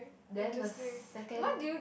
then the second